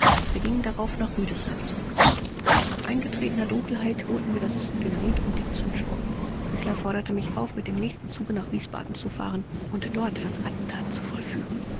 wir gingen darauf nach rüdesheim zurück nach eingetretener dunkelheit holten wir das dynamit und die zündschnur küchler forderte mich auf mit dem nächsten zuge nach wiesbaden zu fahren und dort das attentat zu vollführen